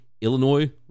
Illinois